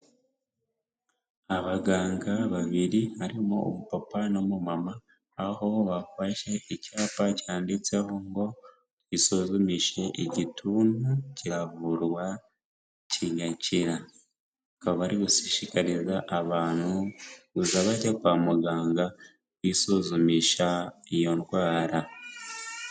Abaganga babiri harimo umupapa n'umumama, aho bafashe icyapa cyanditseho ngo twisuzumishe igituntu kiravurwa kigakira. Bakaba bari gushishikariza abantu kujya bajya kwa muganga kwisuzumisha iyo ndwara.